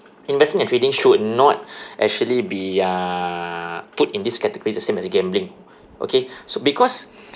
investing and trading should not actually be uh put in this category the same as a gambling okay so because